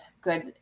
good